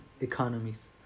economies